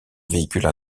véhicules